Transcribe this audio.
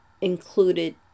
included